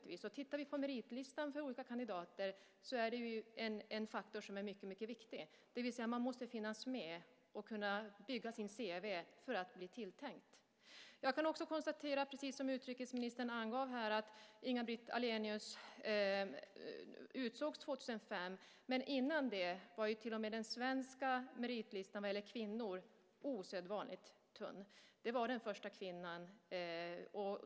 Om vi tittar på meritförteckningarna för olika kandidater är en faktor mycket viktig, det vill säga att det är viktigt att finnas med och kunna bygga upp sitt cv för att bli påtänkt. Precis som utrikesministern angav, kan jag konstatera att Inga-Britt Ahlenius utsågs 2005. Men innan det skedde var till och med den svenska meritlistan vad gäller kvinnor osedvanligt tunn. Hon var den första kvinnan.